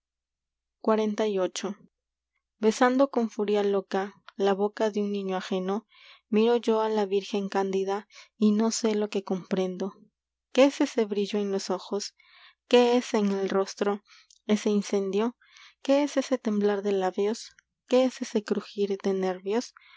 no esando con furia loca la boca de un niño ajeno miro yo á la virgen cándida que sé lo comprendo en qué qué qué qué para esos es ese es en es ese es ese ser brillo los ojos ese el rostro incendio temblar de labios crujir de nervios